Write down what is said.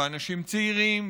ואנשים צעירים,